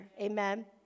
Amen